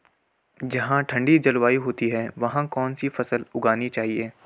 जहाँ ठंडी जलवायु होती है वहाँ कौन सी फसल उगानी चाहिये?